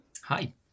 Hi